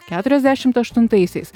keturiasdešimt aštuntaisiais